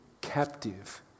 captive